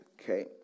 okay